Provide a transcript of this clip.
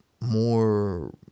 More